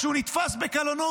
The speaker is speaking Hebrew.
כשהוא נתפס בקלונו,